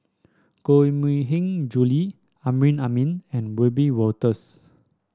Koh Mui Hiang Julie Amrin Amin and Wiebe Wolters